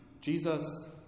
Jesus